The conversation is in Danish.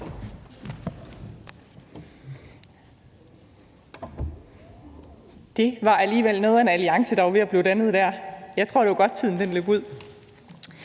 Det var alligevel noget af en alliance, der var ved at blive dannet der. Jeg tror, det var godt, at tiden løb ud.